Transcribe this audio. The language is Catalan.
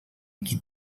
qui